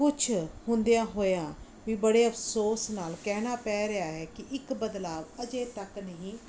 ਕੁਛ ਹੁੰਦਿਆਂ ਹੋਇਆਂ ਵੀ ਬੜੇ ਅਫਸੋਸ ਨਾਲ ਕਹਿਣਾ ਪੈ ਰਿਹਾ ਹੈ ਕਿ ਇੱਕ ਬਦਲਾਵ ਅਜੇ ਤੱਕ ਨਹੀਂ